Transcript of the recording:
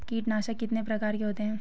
कीटनाशक कितने प्रकार के होते हैं?